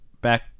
back